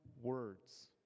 words